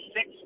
Six